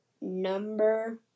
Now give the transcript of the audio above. number